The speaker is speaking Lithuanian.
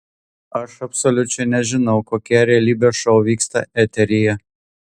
aš absoliučiai nežinau kokie realybės šou vyksta eteryje